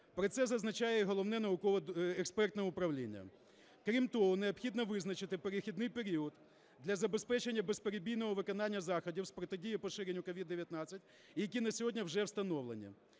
про це зазначає Головне науково-експертне управління. Крім того, необхідно визначити перехідний період для забезпечення безперебійного виконання заходів з протидії поширенню COVID-19, які на сьогодні вже встановлені.